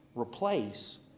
replace